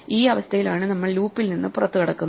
ഈ അവസ്ഥയിലാണ് നമ്മൾ ലൂപ്പിൽ നിന്ന് പുറത്തുകടക്കുന്നത്